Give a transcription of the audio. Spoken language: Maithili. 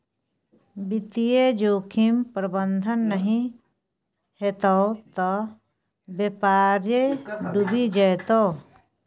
वित्तीय जोखिम प्रबंधन नहि हेतौ त बेपारे डुबि जेतौ